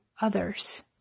others